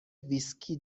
ویسکی